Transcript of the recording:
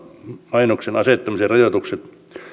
asettamisen rajoitukset